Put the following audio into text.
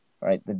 right